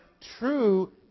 true